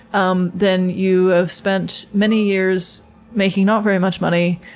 um then you have spent many years making not very much money,